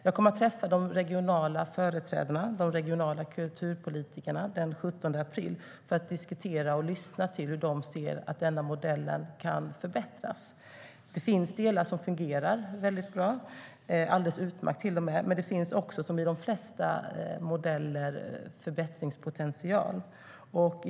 Jag kommer att träffa de regionala företrädarna och kulturpolitikerna den 17 april för att diskutera och lyssna på hur de anser att modellen kan förbättras. Det finns delar som fungerar väldigt bra, alldeles utmärkt till och med, men som i de flesta modeller finns också en förbättringspotential.